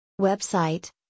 Website